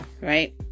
Right